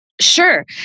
Sure